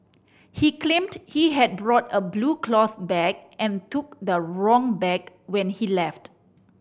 he claimed he had brought a blue cloth bag and took the wrong bag when he left